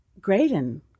Graydon